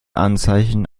anzeichen